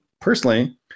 personally